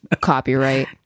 copyright